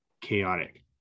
chaotic